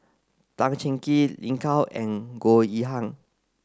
Tan Cheng Kee Lin Gao and Goh Yihan